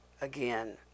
again